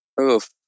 oof